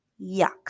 yuck